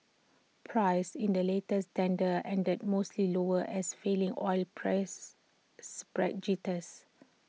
prices in the latest tender ended mostly lower as falling oil prices spread jitters